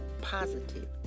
positive